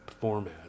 format